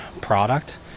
product